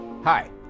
Hi